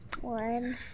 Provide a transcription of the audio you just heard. one